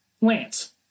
Lance